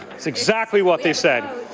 that's exactly what they said.